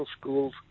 schools